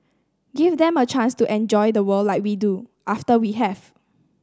give them a chance to enjoy the world like we do after we have